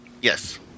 Yes